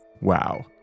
Wow